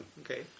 okay